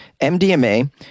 MDMA